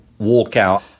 walkout